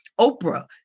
Oprah